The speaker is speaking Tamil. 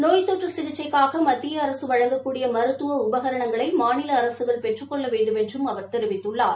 நோய் தொற்று சிகிச்கைகாக மத்திய அரசு வழங்கக்கூடிய மருத்துவ உபகரணங்களை மாநில அரசுகள் பெற்றுக் கொள்ள வேண்டுமென்றும் அவர் தெரிவித்துள்ளார்